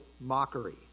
mockery